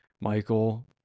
Michael